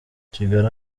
kigali